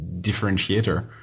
differentiator